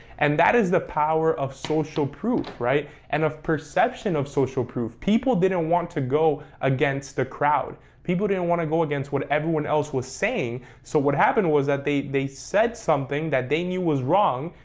and that is the power of social proof right and a perception of social proof people didn't want to go against the crowd people didn't want to go against what everyone else was saying so what happened was that they they said something that they knew was wrong?